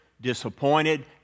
disappointed